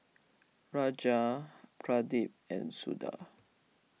Raja Pradip and Suda